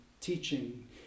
teaching